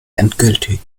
endgültig